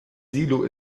silo